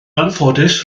anffodus